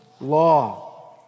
law